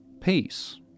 Peace